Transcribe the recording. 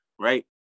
right